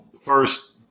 first